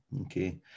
Okay